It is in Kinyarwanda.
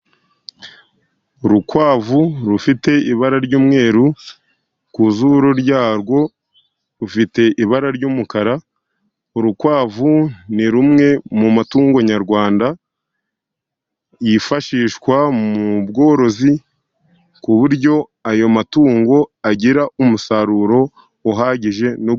Urukwavu rufite ibara ry'umweru, ku zuru ryarwo rufite ibara ry'umukara, urukwavu ni rumwe mu matungo nyarwanda yifashishwa mu bworozi, ku buryo ayo matungo agira umusaruro uhagije, no..